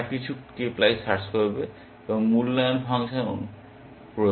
তারা কিছু k ply search করবে মূল্যায়ন ফাংশন প্রয়োগ করবে